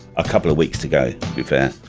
a couple of weeks ago. we